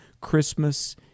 Christmas